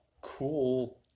cool